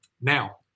Now